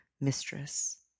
mistress